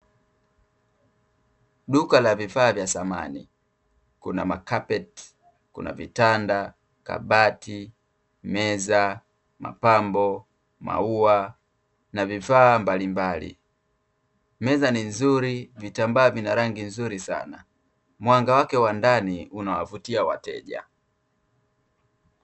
Duka la vifaa vya samani, kuna makapeti, kuna vitanda, kabati, meza, mapambo, maua, na vifaa mbalimbali, meza ni nzuri vitambaa vina rangi nzuri sana mwanga wake wa ndani unawavutia wateja.